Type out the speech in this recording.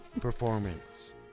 performance